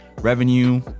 revenue